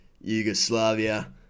Yugoslavia